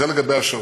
זה לגבי השעות.